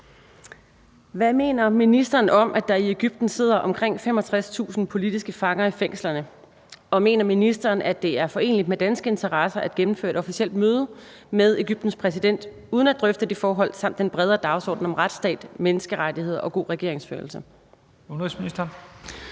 Hvad mener ministeren om, at der i Egypten sidder omkring 65.000 politiske fanger i fængslerne, og mener ministeren, at det er foreneligt med danske interesser at gennemføre et officielt møde med Egyptens præsident uden at drøfte det forhold samt den bredere dagsorden om retsstat, menneskerettigheder og god regeringsførelse? Første